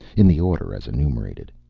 in the order as enumerated,